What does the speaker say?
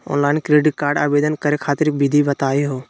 Online credit card आवेदन करे खातिर विधि बताही हो?